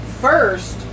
First